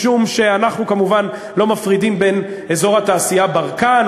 משום שאנחנו כמובן לא מפרידים בין אזור התעשייה ברקן,